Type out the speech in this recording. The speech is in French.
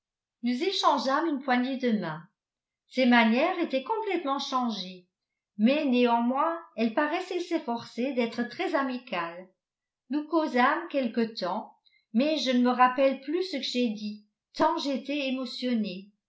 nous échangeâmes une poignée de main ses manières étaient complètement changées mais néanmoins elle paraissait s'efforcer d'être très amicale nous causâmes quelque temps mais je ne me rappelle plus ce que j'ai dit tant j'étais émotionnée